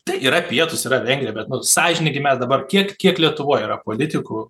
tai yra pietūs yra vengrija bet nu sąžiningai mes dabar kiek kiek lietuvoj yra politikų